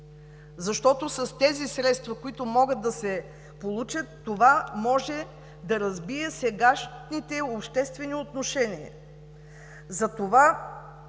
момента. С тези средства, които могат да се получат, това може да разбие сегашните обществени отношения.